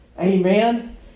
Amen